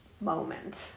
moment